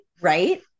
right